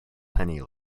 penny